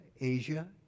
Asia